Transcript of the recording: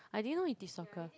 I didn't know he teach soccer